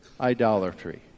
idolatry